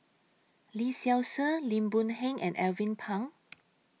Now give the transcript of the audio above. Lee Seow Ser Lim Boon Heng and Alvin Pang